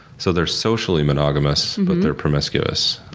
so they're socially monogamous, but they're promiscuous.